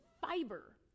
fiber